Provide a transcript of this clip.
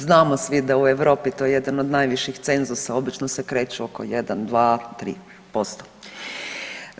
Znamo svi da je u Europi to jedan od najviših cenzusa, obično se kreću oko 1, 2, 3%